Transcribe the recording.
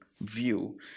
View